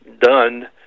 done